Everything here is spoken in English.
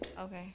Okay